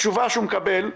התשובה שהוא קיבל: